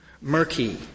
murky